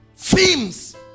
themes